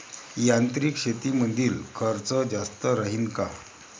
यांत्रिक शेतीमंदील खर्च जास्त राहीन का?